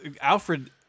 Alfred